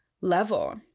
level